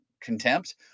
contempt